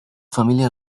familia